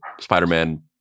Spider-Man